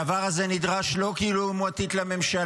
הדבר הזה נדרש לא כי היא לעומתית לממשלה,